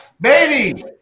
Baby